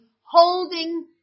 holding